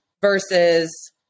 versus